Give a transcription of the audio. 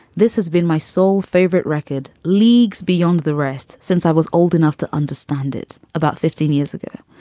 this has been my sole favorite record leagues beyond the rest since i was old enough to understand it about fifteen years ago.